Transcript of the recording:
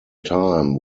time